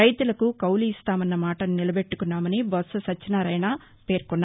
రైతులకు కౌలు ఇస్తామన్న మాటను నిలబెట్టుకున్నామని బొత్స సత్యనారాయణ పేర్కొన్నారు